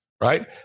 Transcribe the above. right